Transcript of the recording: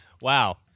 Wow